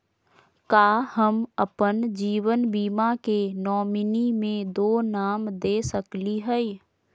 का हम अप्पन जीवन बीमा के नॉमिनी में दो नाम दे सकली हई?